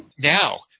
Now